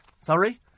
Sorry